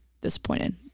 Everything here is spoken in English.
disappointed